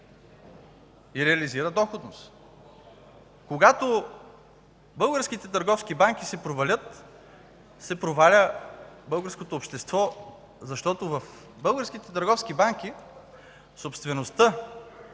и реализира доходност. Когато българските търговски банки се провалят, се проваля българското общество, защото в българските търговски банки собствеността